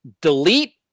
delete